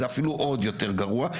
זה אפילו עוד יותר גרוע.